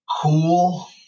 cool